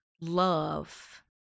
love